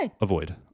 Avoid